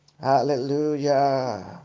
Hallelujah